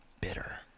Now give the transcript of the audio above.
bitter